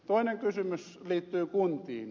toinen kysymys liittyy kuntiin